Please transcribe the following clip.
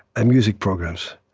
and music programs.